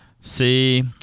See